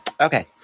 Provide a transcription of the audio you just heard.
Okay